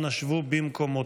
אנא שבו במקומותיכם.